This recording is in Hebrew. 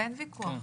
אין ויכוח.